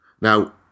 Now